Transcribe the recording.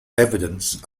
evidence